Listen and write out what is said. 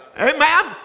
Amen